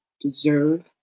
deserve